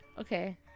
Okay